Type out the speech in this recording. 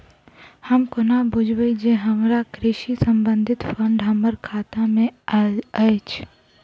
हम कोना बुझबै जे हमरा कृषि संबंधित फंड हम्मर खाता मे आइल अछि?